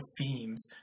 themes